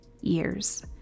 years